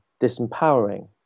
disempowering